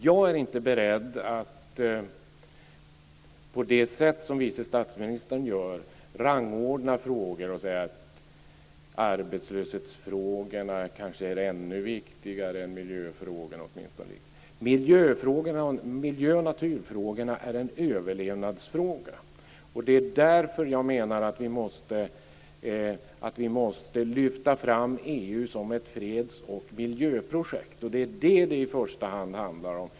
Jag är inte beredd att, på det sätt som vice statsministern gör, rangordna frågor och säga att arbetslöshetsfrågorna kanske är ännu viktigare än miljöfrågorna. Miljö och naturfrågorna är överlevnadsfrågor. Det är därför jag menar att vi måste lyfta fram EU som ett freds och miljöprojekt. Det är det som det i första hand handlar om.